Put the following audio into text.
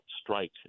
strike